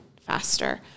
faster